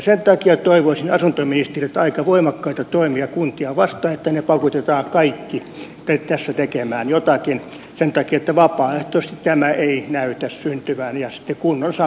sen takia toivoisin asuntoministeriltä aika voimakkaita toimia kuntia vastaan että ne paukutetaan kaikki tässä tekemään jotakin sen takia että vapaaehtoisesti tämä ei näytä syntyvän ja sitten kunnon sanktiot päälle